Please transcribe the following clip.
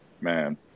man